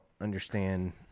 understand